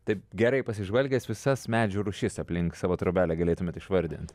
taip gerai pasižvalgęs visas medžių rūšis aplink savo trobelę galėtumėt išvardint